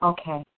Okay